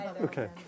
Okay